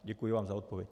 Děkuji vám za odpověď.